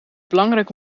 belangrijk